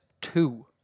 two